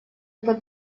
это